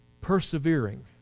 persevering